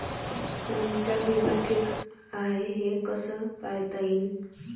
कोनचा बिमा ठीक हाय, हे कस पायता येईन?